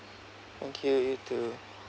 thank you you too